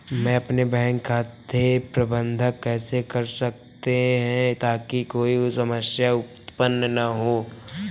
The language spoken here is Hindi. हम अपने बैंक खाते का प्रबंधन कैसे कर सकते हैं ताकि कोई समस्या उत्पन्न न हो?